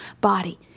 body